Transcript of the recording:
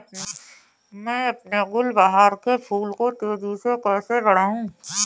मैं अपने गुलवहार के फूल को तेजी से कैसे बढाऊं?